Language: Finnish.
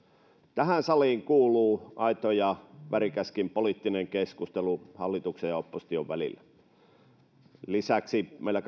tähän saliin kuuluu aito ja värikäskin poliittinen keskustelu hallituksen ja opposition välillä lisäksi meillä